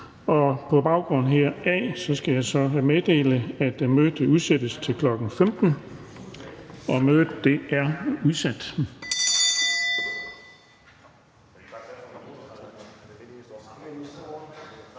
Og på baggrund heraf skal jeg meddele, at mødet udsættes til kl. 15.00. Mødet er udsat.